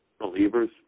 believers